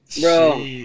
bro